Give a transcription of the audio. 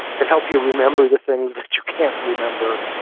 can help you remember the things that you can't remember,